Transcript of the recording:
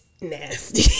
nasty